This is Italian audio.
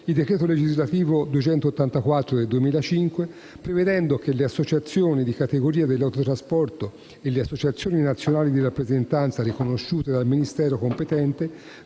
il decreto legislativo n. 284 del 2005, prevedendo che le associazioni di categoria dell'autotrasporto e le associazioni nazionali di rappresentanza riconosciute dal Ministero competente